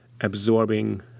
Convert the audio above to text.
absorbing